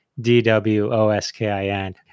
d-w-o-s-k-i-n